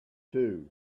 too